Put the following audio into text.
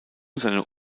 seine